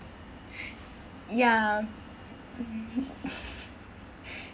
ya